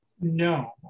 No